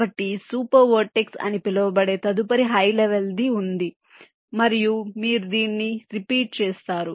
కాబట్టి super vertex అని పిలవబడే తదుపరి హై లెవెల్ ది వుంది మరియు మీరు దీన్ని రిపీట్ చేస్తారు